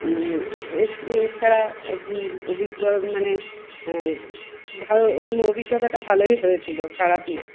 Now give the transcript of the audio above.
এ এছাড়া মানে ভালো অভিজ্ঞতাটা ভালোই হয়েছিলো খারাপ না